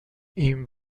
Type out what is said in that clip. این